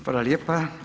Hvala lijepa.